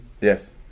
Yes